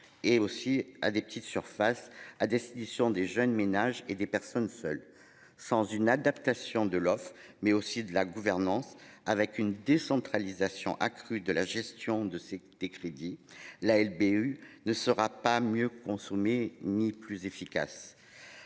et aussi à des petites surfaces à destination des jeunes ménages et des personnes seules sans une adaptation de l'offre mais aussi de la gouvernance avec une décentralisation accrue de la gestion de des crédits. La LBU ne sera pas mieux consommer ni plus efficace.